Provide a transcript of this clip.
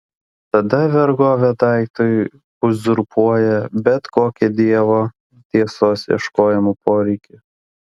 tada vergovė daiktui uzurpuoja bet kokį dievo tiesos ieškojimo poreikį